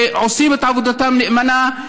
שעושים את עבודתם נאמנה.